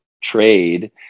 trade